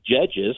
judges